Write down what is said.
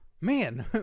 Man